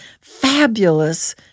fabulous